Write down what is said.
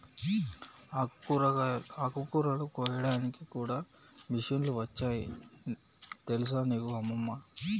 ఆకుకూరలు కోయడానికి కూడా మిషన్లు వచ్చాయి తెలుసా నీకు అమ్మమ్మ